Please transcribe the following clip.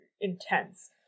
intense